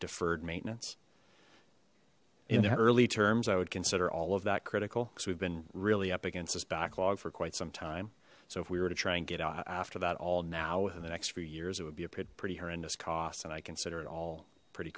deferred maintenance in the early terms i would consider all of that critical so we've been really up against this backlog for quite some time so if we were to try and get after that all now in the next few years it would be a pretty horrendous cost and i consider it all pretty